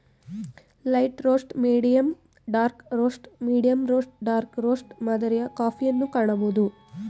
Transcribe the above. light roast, medium dark roast, medium roast dark roast ಮಾದರಿಯ ಕಾಫಿಯನ್ನು ಕಾಣಬೋದು